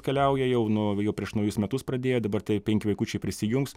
keliauja jau nu jau prieš naujus metus pradėjo dabar tie penki vaikučiai prisijungs